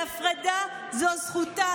זו זכותה.